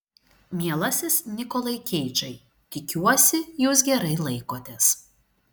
mielasis nikolai keidžai tikiuosi jūs gerai laikotės